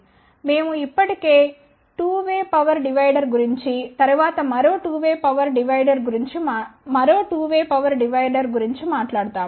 మేము ఇప్పటి కే టూ వే పవర్ డివైడర్ గురించి తరువాత మరో టూ వే పవర్ డివైడర్ గురించి మరో టూ వే పవర్ డివైడర్ గురించి మాట్లాడాము